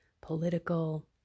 political